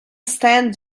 stand